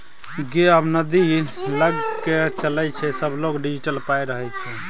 गै आब नगदी लए कए के चलै छै सभलग डिजिटले पाइ रहय छै